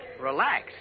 Relax